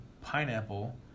Pineapple